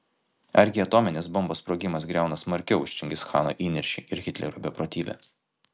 argi atominės bombos sprogimas griauna smarkiau už čingischano įniršį ir hitlerio beprotybę